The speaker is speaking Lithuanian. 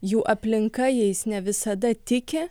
jų aplinka jais ne visada tiki